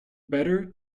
better